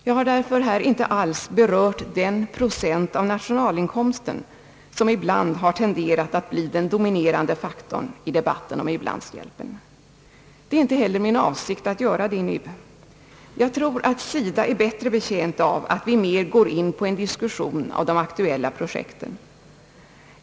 Jag har därför här inte alls berört den procent av nationalinkomsten, som ibland har tenderat att bli den dominerande faktorn i debatten om u-landshjälpen. Det är inte heller min avsikt att göra det nu. Jag tror att SIDA är bättre betjänt av att vi mer går in på en diskussion av de aktuella objekten.